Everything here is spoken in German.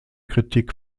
kritik